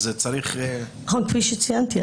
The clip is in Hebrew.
צריך --- כפי שציינתי,